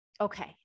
Okay